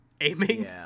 aiming